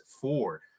four